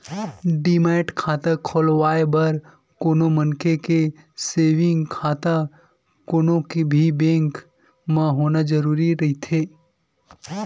demat खाता खोलवाय बर कोनो मनखे के सेंविग खाता कोनो भी बेंक म होना जरुरी रहिथे